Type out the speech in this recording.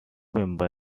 members